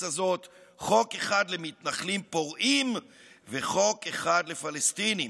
הזאת חוק אחד למתנחלים פורעים וחוק אחד לפלסטינים,